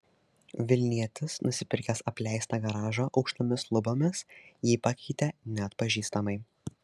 vilnietis nusipirkęs apleistą garažą aukštomis lubomis jį pakeitė neatpažįstamai